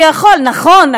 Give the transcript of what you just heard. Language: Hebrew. נכון,